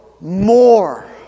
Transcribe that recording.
more